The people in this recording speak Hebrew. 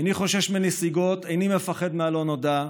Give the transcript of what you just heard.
איני חושש מנסיגות, איני מפחד מהלא-נודע,